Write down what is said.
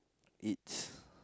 it's